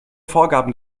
vorgaben